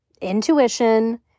Intuition